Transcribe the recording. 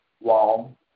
wall